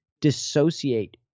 dissociate